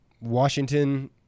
Washington